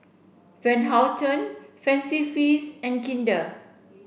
Van Houten Fancy Feast and Kinder